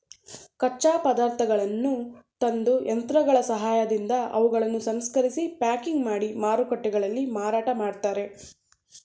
ಕಚ್ಚಾ ಪದಾರ್ಥಗಳನ್ನು ತಂದು, ಯಂತ್ರಗಳ ಸಹಾಯದಿಂದ ಅವುಗಳನ್ನು ಸಂಸ್ಕರಿಸಿ ಪ್ಯಾಕಿಂಗ್ ಮಾಡಿ ಮಾರುಕಟ್ಟೆಗಳಲ್ಲಿ ಮಾರಾಟ ಮಾಡ್ತರೆ